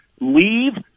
leave